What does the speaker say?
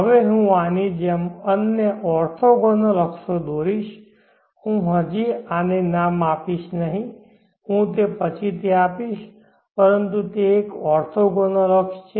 હવે હું આની જેમ અન્ય ઓર્થોગોનલ અક્ષો દોરીશ હું હજી આ નામ નહીં આપીશ હું તે પછીથી આપીશ પરંતુ તે એક ઓર્થોગોનલ અક્ષ છે